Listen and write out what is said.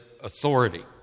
authority